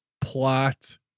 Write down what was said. plot